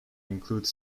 include